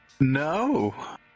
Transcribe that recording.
no